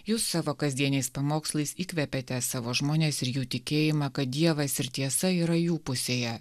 jūs savo kasdieniais pamokslais įkvepiate savo žmones ir jų tikėjimą kad dievas ir tiesa yra jų pusėje